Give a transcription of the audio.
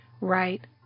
right